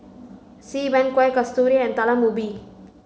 Xi Ban Kueh Kasturi and Talam Ubi